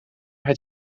het